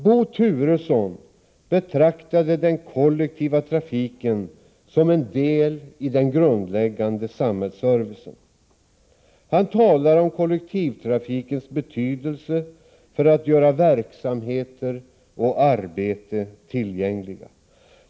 Bo Turesson betraktade den kollektiva trafiken som en del i den grundläggande samhällsservicen. Han talade om kollektivtrafikens betydelse för att göra verksamheter och arbeten tillgängliga.